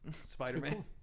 Spider-Man